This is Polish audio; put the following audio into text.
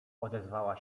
odezwała